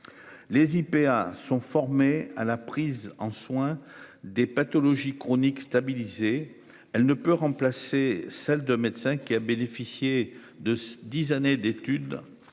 Les IPA sont formés à la. Prise en soins des pathologies chroniques stabilisées, elle ne peut remplacer celle de médecins qui a bénéficié de 10 années d'études